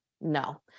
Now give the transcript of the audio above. No